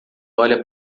olha